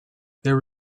there